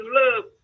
love